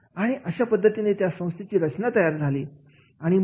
आणि अशा पद्धतीने त्या संस्थेची रचना तयार झाली